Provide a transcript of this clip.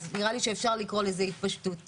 נראה לי שאפשר לקרוא לזה התפשטות